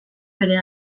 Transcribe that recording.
bere